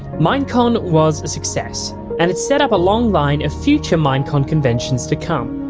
minecon was a success and it set up a long line of future minecon conventions to come.